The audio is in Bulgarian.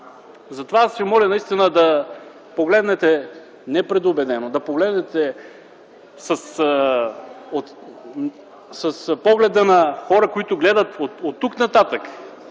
Аз ви моля наистина да погледнете непредубедено, да погледнете с погледа на хора, които гледат оттук нататък,